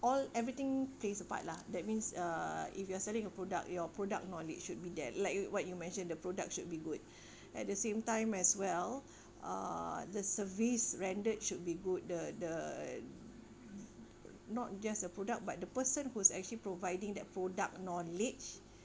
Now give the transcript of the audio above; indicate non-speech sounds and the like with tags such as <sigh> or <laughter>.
all everything plays a part lah that means uh if you are selling a product your product knowledge should be there like what you mentioned the product should be good <breath> at the same time as well uh the service rendered should be good the the not just the product but the person who's actually providing that product knowledge